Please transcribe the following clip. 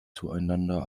zueinander